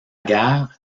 guerre